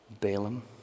Balaam